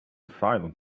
silent